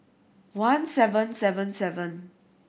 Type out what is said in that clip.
one seven seven seven